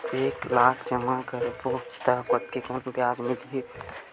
एक लाख जमा करबो त कतेकन ब्याज मिलही?